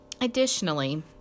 Additionally